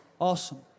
awesome